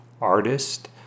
artist